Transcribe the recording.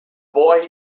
boy